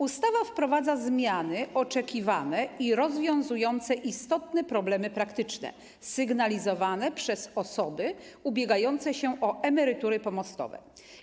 Ustawa wprowadza zmiany oczekiwane i rozwiązujące istotne problemy praktyczne sygnalizowane przez osoby ubiegające się o emerytury pomostowe.